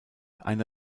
eine